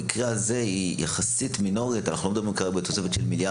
במקום לתת תמיכה היא משקיעה בתמריצים,